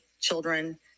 children